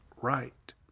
right